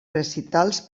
recitals